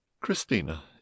christina